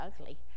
ugly